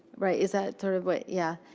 right. is that sort of what. yeah